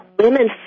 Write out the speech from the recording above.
Women